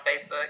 Facebook